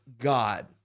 God